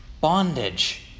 Bondage